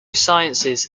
sciences